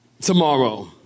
tomorrow